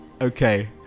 Okay